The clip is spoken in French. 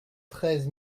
treize